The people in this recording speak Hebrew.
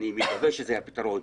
אני מקווה שזה הפתרון.